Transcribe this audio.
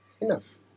Enough